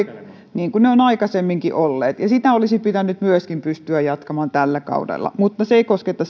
aikaisemminkin olleet ja myöskin sitä olisi pitänyt pystyä jatkamaan tällä kaudella se ei kosketa